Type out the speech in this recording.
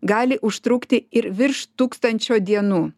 gali užtrukti ir virš tūkstančio dienų